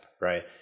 Right